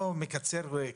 עוצר אותך כי